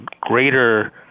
greater